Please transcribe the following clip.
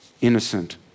innocent